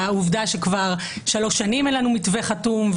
והעובדה שכבר שלוש שנים אין לנו מתווה חתום,